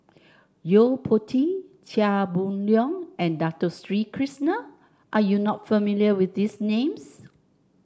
Yo Po Tee Chia Boon Leong and Dato Sri Krishna are you not familiar with these names